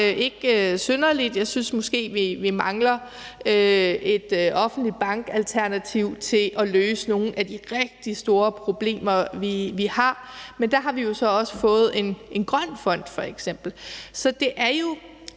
ikke synderlig. Jeg synes måske, at vi mangler et offentligt bankalternativ til at løse nogle af de rigtig store problemer, vi har. Men der har vi jo så også fået en grøn fond f.eks. Den